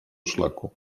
szlaku